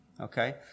Okay